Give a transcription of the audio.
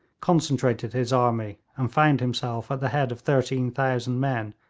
concentrated his army, and found himself at the head of thirteen thousand men,